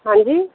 ਹਾਂਜੀ